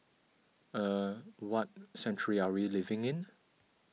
er what century are we living in